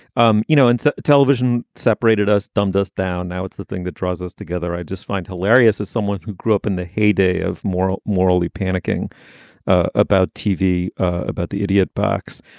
um you know, in so television, separated us, dumbed us down. now it's the thing that draws us together. i just find hilarious as someone who grew up in the heyday of moral, morally panicking about tv, about the idiot box.